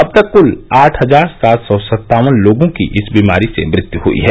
अब तक क्ल आठ हजार सात सौ सत्तावन लोगों की इस बीमारी से मृत्यु हुई है